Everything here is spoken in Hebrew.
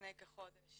לפני כחודש